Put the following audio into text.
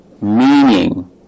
meaning